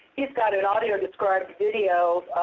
he has got an audio described video